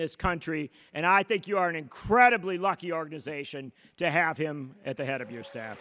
this country and i think you are an incredibly lucky organization to have him at the head of your